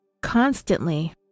constantly